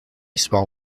small